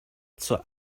zur